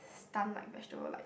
stunned like vegetable like